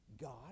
God